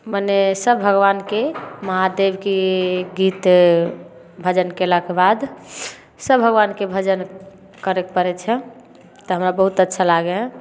मने सब भगवानके महादेवके गीत भजन कएलाके बाद सब भगवानके भजन करै पड़ै छै तऽ हमरा बहुत अच्छा लागै हइ